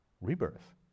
rebirth